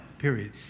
period